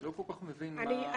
אני לא כל כך מבין מה הרציונל.